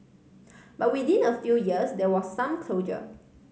but within a few years there was some closure